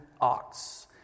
ox